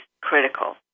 critical